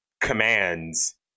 commands